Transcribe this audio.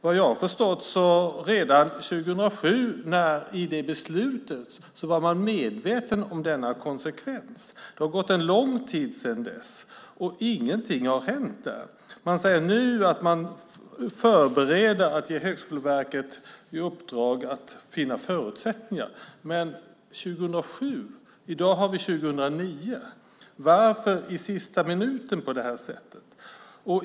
Vad jag har förstått var man medveten om denna konsekvens redan i beslutet 2007. Det har gått en lång tid sedan dess, och ingenting har hänt. Nu säger man att man förbereder att ge Högskoleverket i uppdrag att finna förutsättningar, men i dag har vi 2009. Varför vänta till sista minuten på det här sättet?